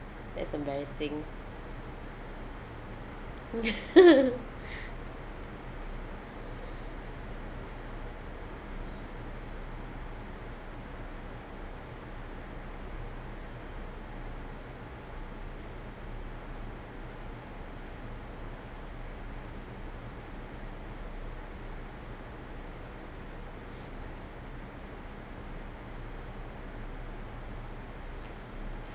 that's embarrassing